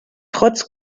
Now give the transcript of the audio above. trotz